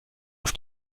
auf